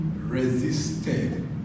resisted